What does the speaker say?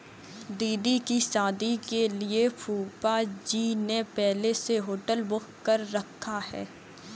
दीदी की शादी के लिए फूफाजी ने पहले से होटल बुक कर रखा है